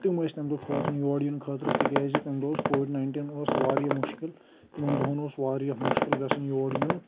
تِمٕہ ٲسۍ نہٕ کھۄژان یور یِنہٕ خٲطرٕ تِکیازِ تمہِ دۄہ اوس کووِڈ نایِنٹیٖن اوس واریاہ مُشکِل تِمَن دۄہن اوس واریاہ مُشکِل گَژھان یور یُن